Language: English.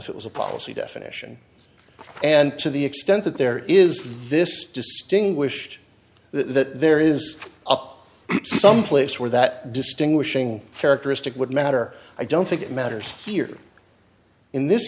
if it was a policy definition and to the extent that there is this disdain wished that there is up someplace where that distinguishing characteristic would matter i don't think it matters here in this